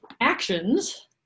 actions